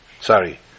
sorry